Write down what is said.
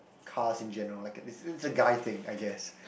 cars in general like it it's it's a guy thing I guess